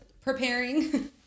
preparing